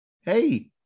hey